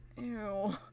Ew